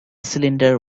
cylinder